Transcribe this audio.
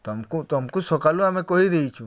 ତମ୍କୁ ତମ୍କୁ ସକାଳୁ ଆମେ କହିଦେଇଚୁ